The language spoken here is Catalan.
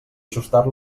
ajustar